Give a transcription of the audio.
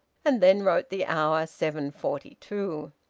and then wrote the hour seven forty two.